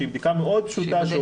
שהיא בדיקה מאוד פשוטה,